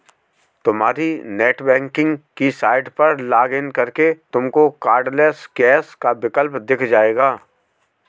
तुम्हारी नेटबैंकिंग की साइट पर लॉग इन करके तुमको कार्डलैस कैश का विकल्प दिख जाएगा